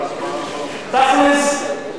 מה התכל'ס?